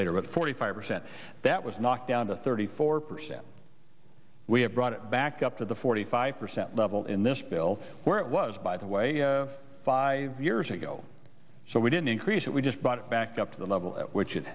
later with forty five percent that was knocked down to thirty four percent we have brought it back up to the forty five percent level in this bill where it was by the way five years ago so we didn't increase it we just brought it back up to the level at which i